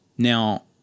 Now